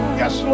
yes